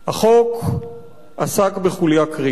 החוק עסק בחוליה קריטית.